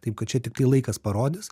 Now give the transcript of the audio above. taip kad čia tiktai laikas parodys